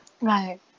right